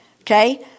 Okay